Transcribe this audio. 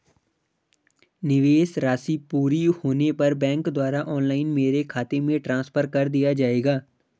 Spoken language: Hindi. निवेश राशि पूरी होने पर बैंक द्वारा ऑनलाइन मेरे खाते में ट्रांसफर कर दिया जाएगा?